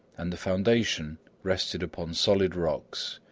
and the foundation rested upon solid rocks,